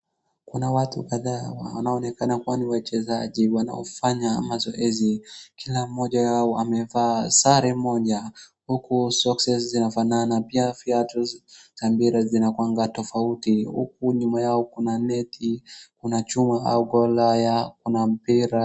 Kuna watu kadhaa wanaoonekana kwani wachezaji wanaofanya mazoezi. Kila mmoja yao amevaa sare moja huku soksi zinafanana pia viatu za mpira zinakuanga tofauti huku nyuma yao kuna neti, kuna chuma au gola ya kuna mpira